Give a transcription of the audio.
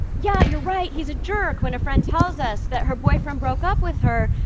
yeah, you're right, he's a jerk, when a friend tells us that her boyfriend broke up with her,